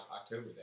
October